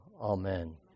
Amen